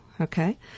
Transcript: Okay